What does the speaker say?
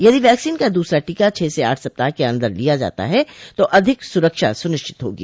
यदि वैक्सीन का दूसरा टीका छह से आठ सप्ताह के अंदर लिया जाता है तो अधिक सुरक्षा सुनिश्चित होगी